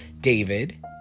David